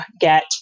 get